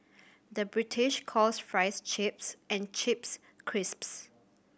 the British calls fries chips and chips crisps